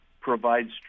provides